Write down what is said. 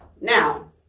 now